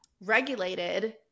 regulated